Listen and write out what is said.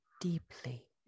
deeply